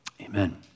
Amen